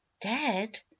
Dead